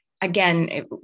Again